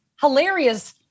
hilarious